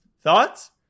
thoughts